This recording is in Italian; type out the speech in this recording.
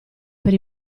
per